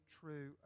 true